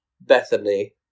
Bethany